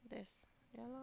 there's yeah lor